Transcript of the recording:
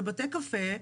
זה בתי קפה,